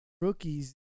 rookies